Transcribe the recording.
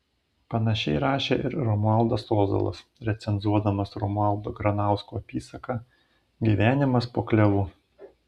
panašiai rašė ir romualdas ozolas recenzuodamas romualdo granausko apysaką gyvenimas po klevu